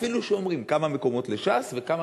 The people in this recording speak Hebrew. אפילו שאומרים כמה מקומות לש"ס וכמה